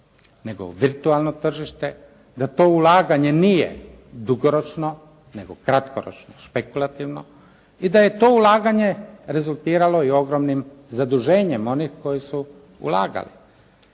nego u virtualno tržište, da to ulaganje nije dugoročno, nego kratkoročno špekulativno i da je to ulaganje rezultiralo i ogromnim zaduženjem onih koji su ulagali.